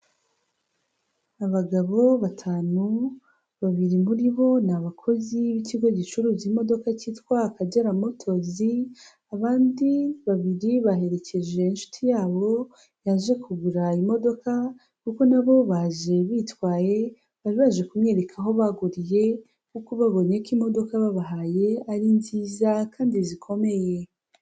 Abagabo batanu, babiri muri bo ni abakozi b'ikigo gicuruza imodoka cyitwa Akagera motozi, abandi babiri baherekeje inshuti yabo yaje kugura imodoka, kuko na bo baje bitwaye, bari baje kumwereka aho baguriye kuko babonye ko imodoka babahaye ari nziza kandi zikomeye.